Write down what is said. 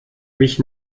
mich